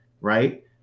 right